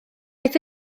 daeth